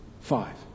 five